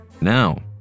Now